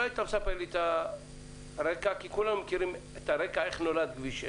לא היית מספר לי את הרקע כי כולנו מכירים את הרקע איך נולד כביש 6,